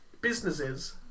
businesses